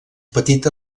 petit